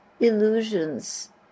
illusions